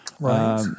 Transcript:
Right